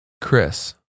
Chris